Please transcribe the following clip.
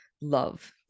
love